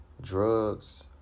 drugs